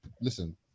listen